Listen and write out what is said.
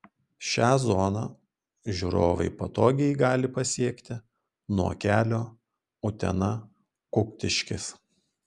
šią zoną žiūrovai patogiai gali pasiekti nuo kelio utena kuktiškės